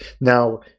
Now